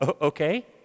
okay